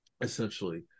Essentially